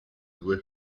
due